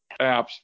apps